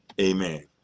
Amen